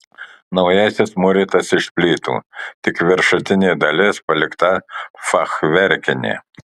naujasis mūrytas iš plytų tik viršutinė dalis palikta fachverkinė